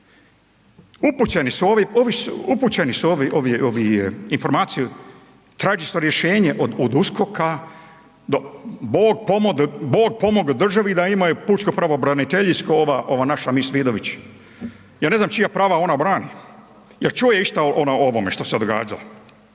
upućeni su ovi, informacije, tražili smo rješenje od USKOK-a do Bog pomogao državi da imaju pučko pravobraniteljsko ova naša miss Vidović. Ja ne znam čija prava ona brani. Je li čuje išta ona o ovome što se događa?